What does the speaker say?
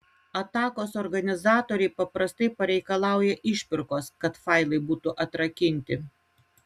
atakos organizatoriai paprastai pareikalauja išpirkos kad failai būtų atrakinti